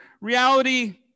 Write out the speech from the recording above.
reality